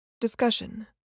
Discussion